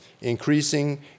increasing